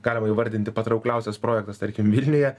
galima įvardinti patraukliausias projektas tarkim vilniuje